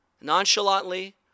nonchalantly